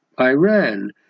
Iran